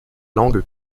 langue